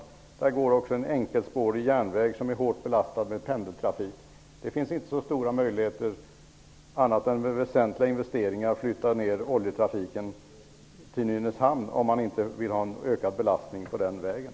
Däremellan går också en enkelspårig järnväg som är hårt belastad med pendeltrafik. Det finns inte så stora möjligheter, annat än med väsentliga investeringar, att flytta oljehamnen till Nynäshamn om man inte vill ha en ökad belastning på den vägen.